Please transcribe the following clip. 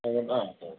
അതുകൊണ്ട് ആ അതേയതെ